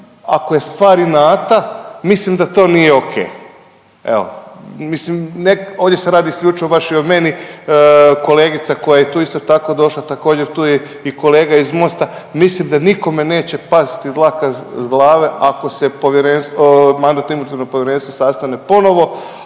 ako je stvar inata, mislim da to nije o.k. Evo, mislim ovdje se radi isključivo baš i o meni. Kolegica koja je tu isto tako došla također tu je i kolega iz Mosta. Mislim da nikome neće pasti dlaka s glave ako se Mandatno-imunitetno povjerenstvo sastane ponovo,